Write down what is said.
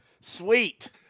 Sweet